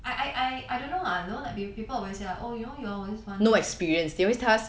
I I I don't know you know like people always say oh you know y'all always